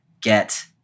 get